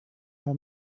how